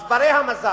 אז בני המזל,